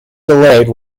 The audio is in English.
delayed